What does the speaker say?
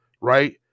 right